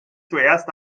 zuerst